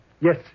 yes